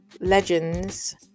legends